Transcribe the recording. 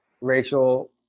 Rachel